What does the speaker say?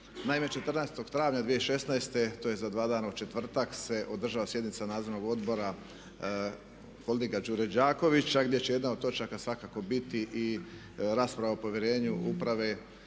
Naime, 14. travnja 2016., to je za dva dana u četvrtak se održava sjednica Nadzornog odbora holdinga "Đure Đakovića" gdje će jedna od točaka svakako biti i rasprava o povjerenju uprave